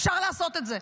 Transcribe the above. אפשר לעשות את זה.